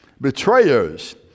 betrayers